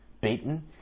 Beaten